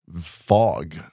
fog